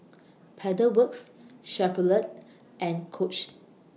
Pedal Works Chevrolet and Coach